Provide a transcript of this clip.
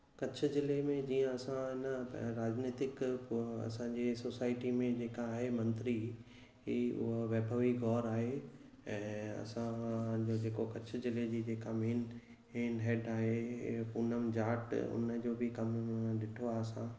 कच्छ ज़िले में जीअं असां न राजनैतिक असांजी सोसाइटी में जेका आहे मंत्री ई हो वैभवी कौर आहे ऐं असांजो जेको कच्छ ज़िले जी जेका मेन इन हैड आहे हे पूनम जाट उन जो बि कमु ॾिठो आहे असां